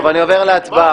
אני עובר להצבעה.